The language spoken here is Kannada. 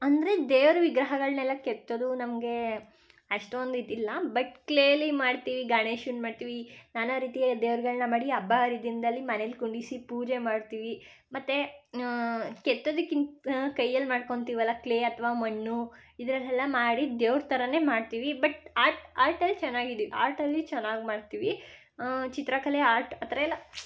ಅಂದರೆ ದೇವರ ವಿಗ್ರಹಗಳನ್ನೆಲ್ಲ ಕೆತ್ತೋದು ನಮಗೆ ಅಷ್ಟೊಂದು ಇದಿಲ್ಲ ಬಟ್ ಕ್ಲೇಲಿ ಮಾಡ್ತೀವಿ ಗಣೇಶನ್ನ ಮಾಡ್ತೀವಿ ನಾನಾ ರೀತಿಯ ದೇವ್ರುಗಳನ್ನ ಮಾಡಿ ಹಬ್ಬ ಹರಿದಿನದಲ್ಲಿ ಮನೇಲಿ ಕೂಡಿಸಿ ಪೂಜೆ ಮಾಡ್ತೀವಿ ಮತ್ತೆ ಕೆತ್ತೋದಕ್ಕಿಂತ ಕೈಯ್ಯಲ್ಲಿ ಮಾಡ್ಕೋತೀವಲ್ಲ ಅಲ್ಲ ಕ್ಲೇ ಅಥ್ವಾ ಮಣ್ಣು ಇದರಲ್ಲೆಲ್ಲ ಮಾಡಿ ದೇವ್ರ ಥರಾನೆ ಮಾಡ್ತೀವಿ ಬಟ್ ಆರ್ಟ್ ಆರ್ಟಲ್ಲಿ ಚೆನ್ನಾಗಿದ್ದೀವಿ ಆರ್ಟಲ್ಲಿ ಚೆನ್ನಾಗಿ ಮಾಡ್ತೀವಿ ಚಿತ್ರಕಲೆ ಆರ್ಟ್ ಆ ಥರ ಎಲ್ಲ